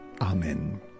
Amen